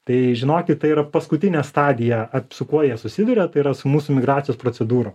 tai žinokit tai yra paskutinė stadija su kuo jie susiduria tai yra su mūsų migracijos procedūrom